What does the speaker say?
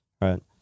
Right